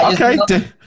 Okay